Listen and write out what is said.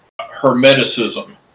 hermeticism